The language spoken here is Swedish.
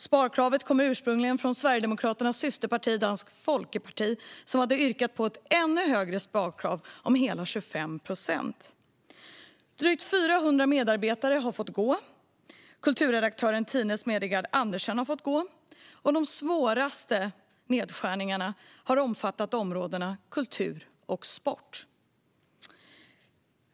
Sparkravet kommer ursprungligen från Sverigedemokraternas systerparti Dansk Folkeparti, som hade yrkat på ett ännu högre sparkrav om hela 25 procent. Drygt 400 medarbetare har fått gå, kulturredaktören Tine Smedegaard Andersen har fått gå och de svåraste nedskärningarna har omfattat områdena kultur och sport.